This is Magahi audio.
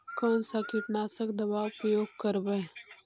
कोन सा कीटनाशक दवा उपयोग करबय?